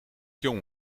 jong